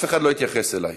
אף אחד לא התייחס אליי.